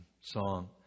song